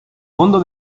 fondo